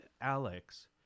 Alex